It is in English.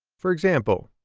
for example,